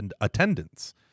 attendance